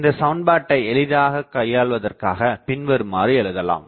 இந்தச்சமன்பாட்டை எளிதாகக் கையாள்வதற்காகப் பின்வருமாறு எழுதலாம்